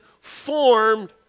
formed